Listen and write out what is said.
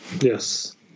Yes